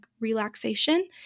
relaxation